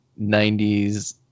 90s